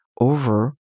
over